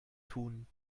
tun